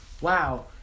Wow